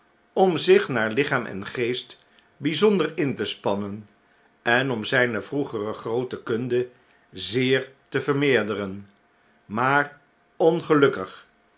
om zich naar lichaam en geest byzonder in te spannen en om zyne vroegere groote kunde zeer te vermeerderen maar ongelukkig